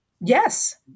Yes